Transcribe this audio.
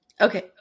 Okay